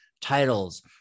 titles